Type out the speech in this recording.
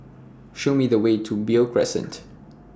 Show Me The Way to Beo Crescent